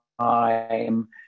time